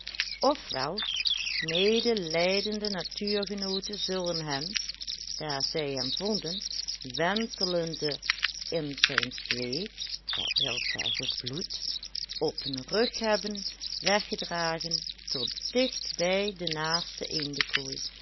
wel medelijdende natuurgenooten zullen hem daar zij hem vonden wentelende in zijn zweet d w z bloed op hun rug hebben weggedragen tot dicht bij de naaste